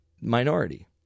minority